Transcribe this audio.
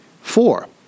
Four